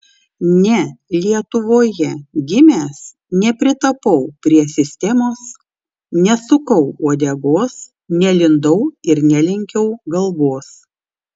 ne lietuvoje gimęs nepritapau prie sistemos nesukau uodegos nelindau ir nelenkiau galvos